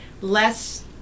less